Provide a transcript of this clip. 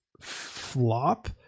flop